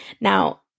Now